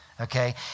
okay